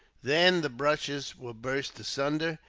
then the bushes were burst asunder,